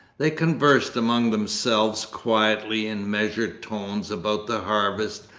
they conversed among themselves quietly in measured tones, about the harvest,